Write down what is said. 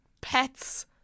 pets